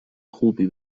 خوبی